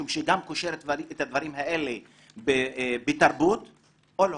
משום שהוא גם קושר את הדברים האלה בתרבות או לא?